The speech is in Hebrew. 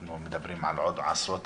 אנחנו מדברים על עוד עשרות-אלפים,